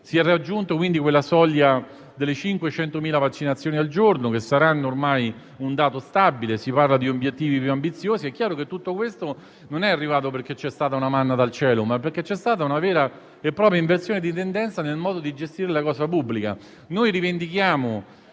si è raggiunta quella soglia delle 500.000 vaccinazioni al giorno che saranno ormai un dato stabile, anzi si parla di obiettivi più ambiziosi. È chiaro che tutto questo è arrivato perché c'è stata non una manna dal cielo, ma una vera e propria inversione di tendenza nel modo di gestire la cosa pubblica.